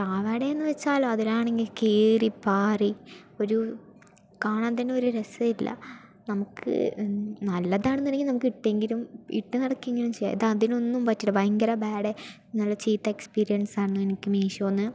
പാവാടയെന്ന് വെച്ചാൽ അതിലാണെങ്കിൽ കീറി പാറി ഒരു കാണാൻ തന്നെ ഒരു രസം ഇല്ല നമുക്ക് നല്ലതാണ് കിട്ടിയത് എങ്കിലും ഇട്ട് നടക്കെങ്കിലും ചെയ്യാം അതിന് ഒന്നും പറ്റൂല ഭയങ്കര ബാഡ് നല്ല ചീത്ത എക്സ്പീരിയൻസാണ് എനിക്ക് മീഷോ നിന്ന്